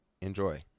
Enjoy